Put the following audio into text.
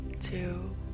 two